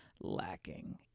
lacking